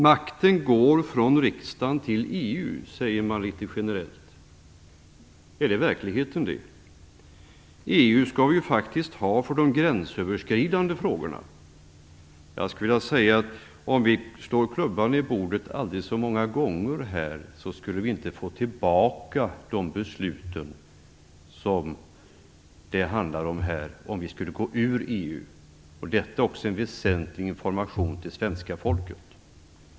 Makten går från riksdagen till EU, säger man litet generellt. Är det verkligheten? Vi skall ju faktiskt ha EU för de gränsöverskridande frågorna. Även om vi skulle gå ur EU skulle vi inte få tillbaka de beslut som det handlar om här, även om vi slår klubban i bordet aldrig så många gånger. Detta är också en väsentlig information till svenska folket.